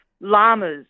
llamas